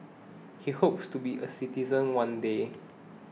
he hopes to be a citizen one day